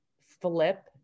flip